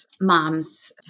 moms